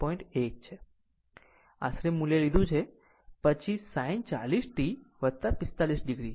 1 છે આશરે મૂલ્ય લીધું છે પછી sin 40 t 45 o